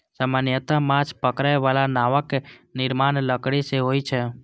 सामान्यतः माछ पकड़ै बला नावक निर्माण लकड़ी सं होइ छै